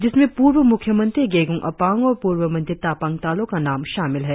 जिसमें पूर्व मुख्यमंत्री गेगोंग अपांग और पूर्व मंत्री तापंग तालो का नाम शामिल है